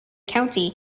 county